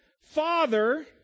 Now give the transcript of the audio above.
Father